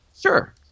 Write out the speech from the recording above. Sure